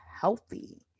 healthy